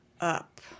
up